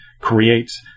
creates